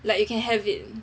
like you can have it